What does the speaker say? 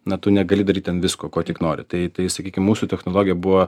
na tu negali daryt ten visko ko tik nori tai tai sakykim mūsų technologija buvo